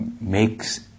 makes